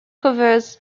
covers